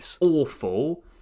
awful